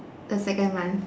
the second one